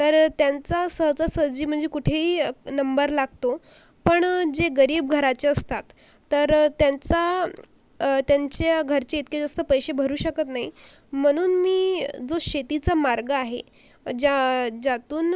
तर त्यांचा सहजासहजी म्हणजे कुठेही नंबर लागतो पण जे गरीब घराचे असतात तर त्यांचा त्यांच्या घरचे इतके जास्त पैसे भरू शकत नाही म्हणून मी जो शेतीचा मार्ग आहे ज्या ज्यातून